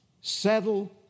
Settle